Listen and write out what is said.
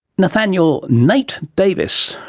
nathanial nate davis,